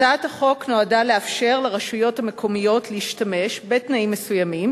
הצעת החוק נועדה לאפשר לרשויות המקומיות להשתמש בתנאים מסוימים